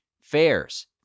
fairs